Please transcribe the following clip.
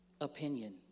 opinion